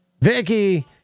Vicky